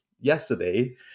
Yesterday